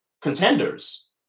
contenders